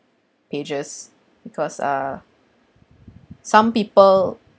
pages because ah some people